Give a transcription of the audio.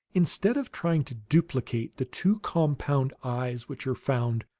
instead of trying to duplicate the two compound eyes which are found,